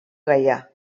gaià